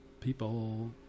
people